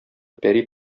пәри